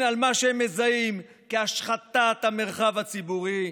על מה שהם מזהים כהשחתת המרחב הציבורי,